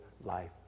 life